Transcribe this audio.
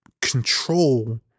control